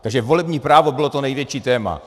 Takže volební právo bylo to největší téma.